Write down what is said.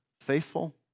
Faithful